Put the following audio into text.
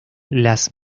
las